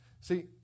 See